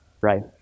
Right